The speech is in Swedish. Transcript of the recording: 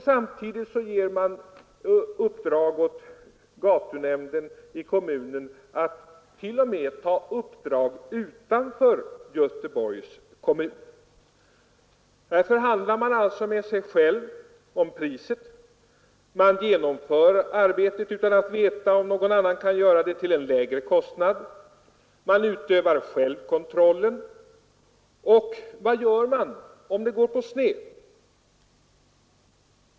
Samtidigt låter man gatunämnden i kommunen ta uppdrag utanför Göteborgs kommun. Där förhandlar man alltså med sig själv om priset. Man genomför arbetet utan att veta om någon annan kan göra det till en lägre kostnad, man utövar själv kontrollen. Och vad gör man om det går på sned?